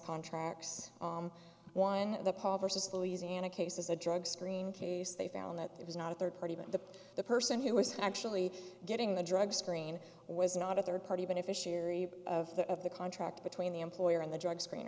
contracts one the louisiana case is a drug screen case they found that there was not a third party but the the person who was actually getting the drug screen was not a third party beneficiary of the of the contract between the employer and the drug screen